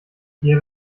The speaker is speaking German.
ihr